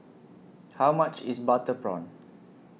How much IS Butter Prawn